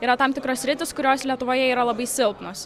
yra tam tikros sritys kurios lietuvoje yra labai silpnos